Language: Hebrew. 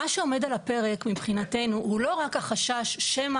מה שעומד על הפרק מבחינתנו הוא לא רק החשש שמא